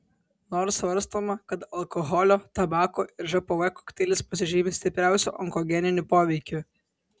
nors svarstoma kad alkoholio tabako ir žpv kokteilis pasižymi stipriausiu onkogeniniu poveikiu